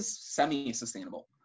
semi-sustainable